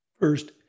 First